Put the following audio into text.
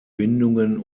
bindungen